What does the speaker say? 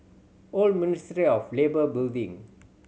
Old Ministry of Labour Building